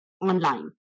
online